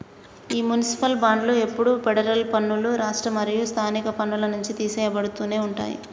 ఈ మునిసిపాల్ బాండ్లు ఎప్పుడు ఫెడరల్ పన్నులు, రాష్ట్ర మరియు స్థానిక పన్నుల నుంచి తీసెయ్యబడుతునే ఉంటాయి